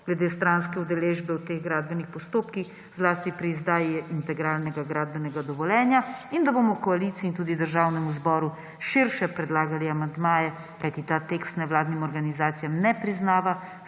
glede stranske udeležbe v teh gradbenih postopkih, zlasti pri izdaji integralnega gradbenega dovoljenja, in da bomo koaliciji in tudi Državnemu zboru širše predlagali amandmaje, kajti ta tekst nevladnim organizacijam ne priznava